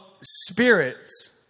spirits